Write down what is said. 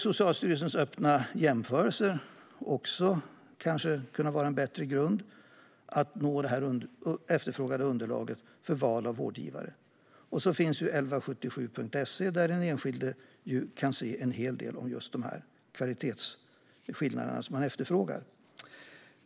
Socialstyrelsens öppna jämförelser skulle också kunna vara en bättre grund för att nå det efterfrågade underlaget för val av vårdgivare. Sedan finns 1177.se, där den enskilde kan se en hel del av de kvalitetsskillnader som man efterfrågar att kunna se.